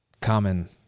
common